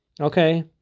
Okay